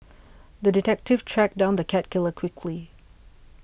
the detective tracked down the cat killer quickly